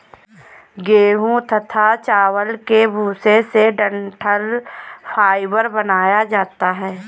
गेहूं तथा चावल के भूसे से डठंल फाइबर बनाया जाता है